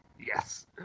Yes